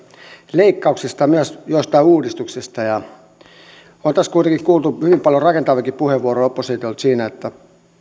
leikkauksista ja myös joistain uudistuksista on taas kuitenkin kuultu hyvin paljon rakentaviakin puheenvuoroja oppositiolta siinä että